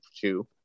two